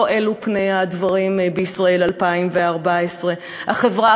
לא אלה פני הדברים בישראל 2014. החברה